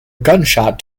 gunshot